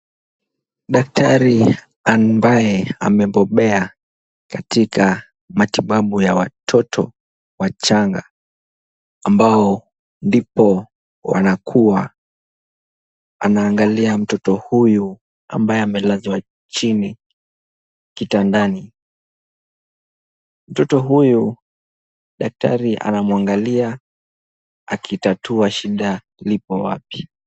Daktari ambaye amebobea katika matibabu ya watoto wachanga ambao ndipo wanakua, anaangalia mtoto huyu ambaye amelazwa chini kitandani. Mtoto huyu daktari anamwangalia akitatua shida lipo wapi.